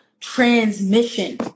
transmission